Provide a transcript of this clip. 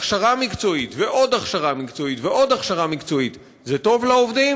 הכשרה מקצועית ועוד הכשרה מקצועית ועוד הכשרה מקצועית זה טוב לעובדים,